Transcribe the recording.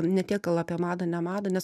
ne tiek gal apie madą ne madą nes